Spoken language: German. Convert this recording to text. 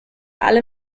alle